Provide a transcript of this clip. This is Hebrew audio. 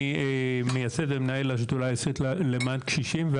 אני מייסד ומנהל השדולה הישראלית למען קשישים,